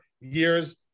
years